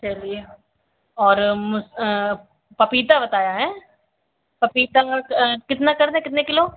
चलिए और पपीता बताया है पपीता कितना कर दें कितने किलो